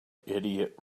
idiot